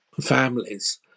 families